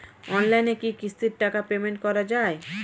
অনলাইনে কি কিস্তির টাকা পেমেন্ট করা যায়?